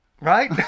Right